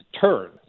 turn